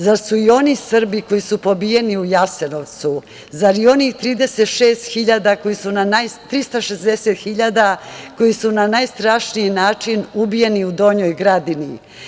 Zar su i oni Srbi koji su pobijeni u Jasenovcu, zar i onih 360.000 koji su na najstrašniji način ubijeni u Donjoj Gradini?